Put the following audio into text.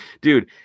Dude